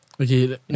okay